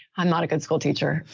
i'm not a good school teacher.